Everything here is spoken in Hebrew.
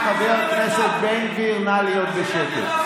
חבר הכנסת בן גביר, נא להיות בשקט.